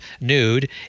nude